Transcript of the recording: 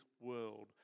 world